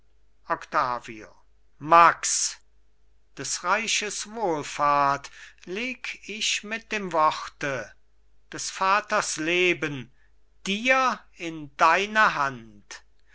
octavio max des reiches wohlfahrt leg ich mit dem worte des vaters leben dir in deine hand